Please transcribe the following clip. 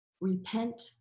Repent